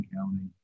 County